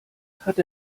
hat